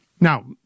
Now